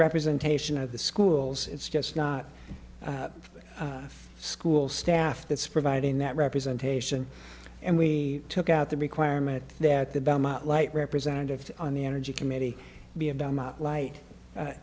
representation of the schools it's just not school staff that's providing that representation and we took out the requirement that the belmont light representatives on the energy committee